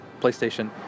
PlayStation